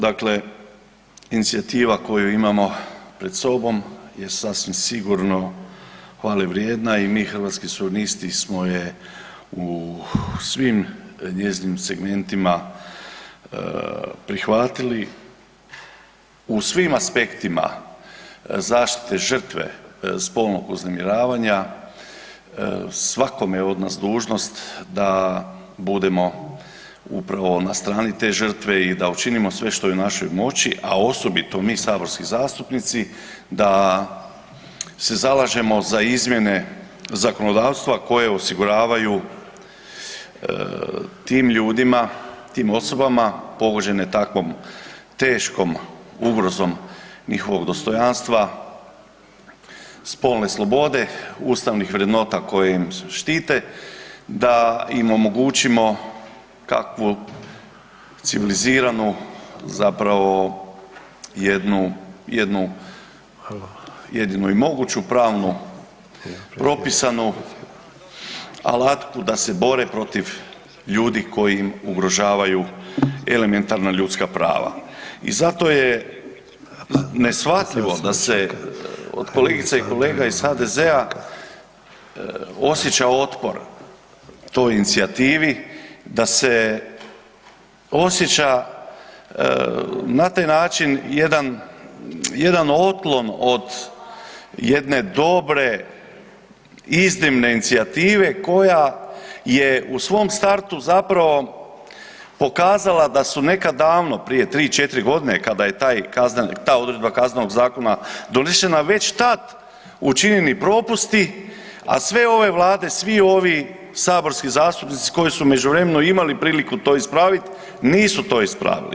Dakle, inicijativa koju imamo pred sobom je sasvim sigurno hvale vrijedna i mi Hrvatski suverinisti smo je u svim njezinim segmentima prihvatili, u svim aspektima zaštite žrtve spolnog uznemiravanja, svakome od nas je dužnost da budemo upravo na strani te žrtve i da učinimo sve što je u našoj moći, a osobito mi, saborski zastupnici, da se zalažemo za izmjene zakonodavstva koje osiguravaju tim ljudima, tim osobama, pogođene takvom teškom ugrozom njihovog dostojanstva spolne slobode, ustavnih vrednota koje ih štite, da im omogućimo kakvu civiliziranu zapravo, jednu, jedinu i moguću pravnu propisanu alatku da se bore protiv ljudi koji im ugrožavaju elementarna ljudska prava i zato je neshvatljivo da se, od kolegica i kolega iz HDZ-a osjeća otpor toj inicijativi, da se osjeća na taj način jedan otklon od jedne dobre iznimne inicijative koja je u svom startu zapravo pokazala da su nekad davno, prije 3, 4 godine, kada je ta odredba Kaznenog zakona donešena, već tad učinjeni propusti, sve ove Vlade, svi ovih saborski zastupnici koji su u međuvremenu imali priliku ispraviti, nisu to ispravili.